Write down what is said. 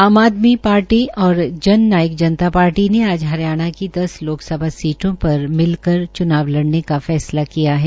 आम आदमी पार्टी और जन नायक जनता पार्टी ने आज हरियाणा की दस लोकसभा सीटों पर मिलकर च्नाव लड़ने का फैसला किया है